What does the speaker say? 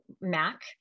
MAC